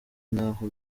ntaho